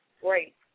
great